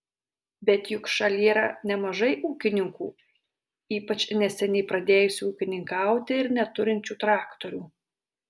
bet juk šalyje yra nemažai ūkininkų ypač neseniai pradėjusių ūkininkauti ir neturinčių traktorių